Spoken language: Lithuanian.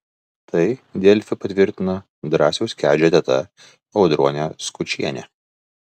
tai delfi patvirtino drąsiaus kedžio teta audronė skučienė